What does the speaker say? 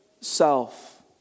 self